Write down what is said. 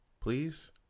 please